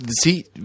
see